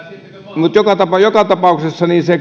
joka tapauksessa